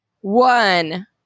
One